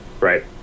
right